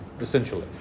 essentially